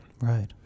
Right